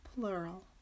plural